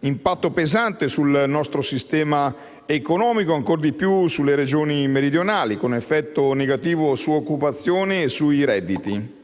impatto pesante sul nostro sistema economico e ancor di più sulle Regioni meridionali, con effetto negativo su occupazione e redditi.